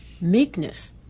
meekness